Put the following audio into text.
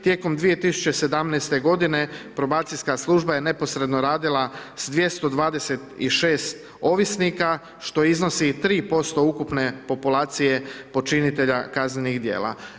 Tijekom 2017.g. probacijska služba je neposredno radila s 226 ovisnika, što iznosi 3% ukupne populacije počinitelja kaznenih djela.